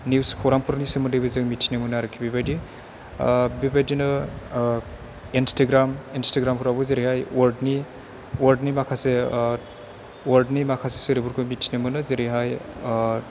news खौरांफोरनि सोमोन्दैबो जों मिथिनो मोनो आरिखि बेबायदि बेबायदिनो इन्सटाग्राम इन्सटाग्राफ्रावबो जेरैहाय वार्डनि वार्डनि माखासे वार्डनि माखासे सोदोबफोरखौ मिथिनो मोनो जेरैहाय